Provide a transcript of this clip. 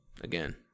Again